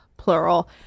Plural